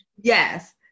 Yes